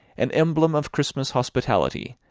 an emblem of christmas hospitality,